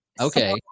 Okay